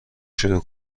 شروع